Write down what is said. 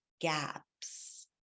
gaps